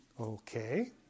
Okay